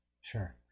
Sure